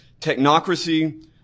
technocracy